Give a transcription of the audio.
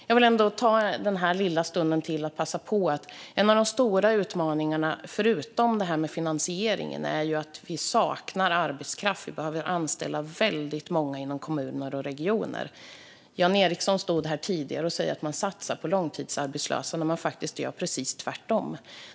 Jag vill ändå passa på att ta upp en av de stora utmaningarna, förutom finansieringen, nämligen att vi saknar arbetskraft. Vi behöver anställa väldigt många inom kommuner och regioner. Jan Ericson stod här tidigare och sa att man satsar på långtidsarbetslösa när man faktiskt gör precis tvärtom.